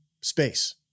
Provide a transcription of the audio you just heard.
space